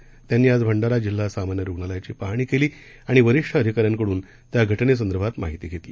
राव्यात त्यांनीआजभंडाराजिल्हासामान्यरुग्णालयाचीपाहणीकेलीआणिवरिष्ठअधिकाऱ्यांकडून त्याघटनेसंदर्भातमाहितीघेतली